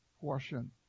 portion